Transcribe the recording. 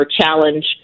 challenge